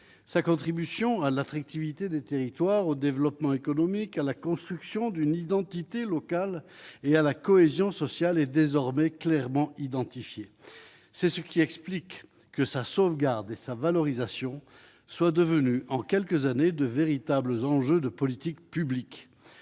sa contribution à l'affectivité des territoires au développement économique, à la construction d'une identité locale et à la cohésion sociale est désormais clairement identifiés, c'est ce qui explique que sa sauvegarde et sa valorisation soient devenus en quelques années, de véritables enjeux de politique publique,